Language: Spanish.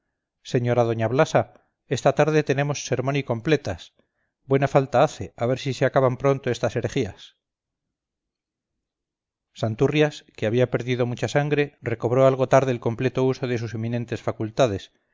señora doña blasa esta tarde tenemos sermón y completas buena falta hace a ver si se acaban pronto estas herejías santurrias que había perdido mucha sangre recobró algo tarde el completo uso de sus eminentes facultades